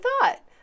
thought